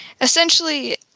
essentially